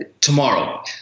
tomorrow